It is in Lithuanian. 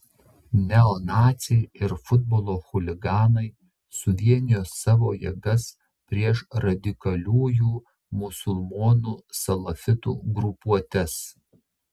neonaciai ir futbolo chuliganai suvienijo savo jėgas prieš radikaliųjų musulmonų salafitų grupuotes